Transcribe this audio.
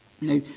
now